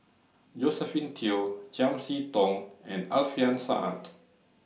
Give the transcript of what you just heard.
Josephine Teo Chiam See Tong and Alfian Sa'at